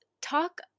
talk